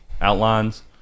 outlines